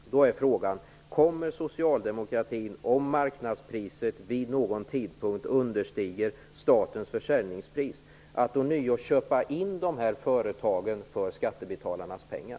Frågan är då: Kommer socialdemokratin, om marknadspriset vid någon tidpunkt understiger statens försäljningspris, att ånyo köpa in dessa företag för skattebetalarnas pengar?